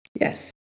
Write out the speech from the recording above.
Yes